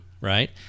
Right